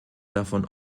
davon